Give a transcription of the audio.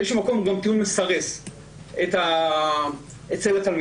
ובאיזשהו מקום הוא גם טיעון מסרס מבחינת התלמידים,